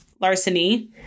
larceny